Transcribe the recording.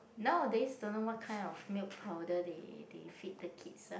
nowadays don't know what kind of milk powder they they feed the kids ah